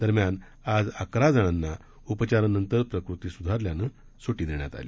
दरम्यान आज अकरा जणांना उपचारानंतर प्रकृती स्धारल्यानं स्टी देण्यात आली